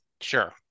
Sure